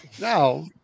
Now